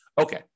Okay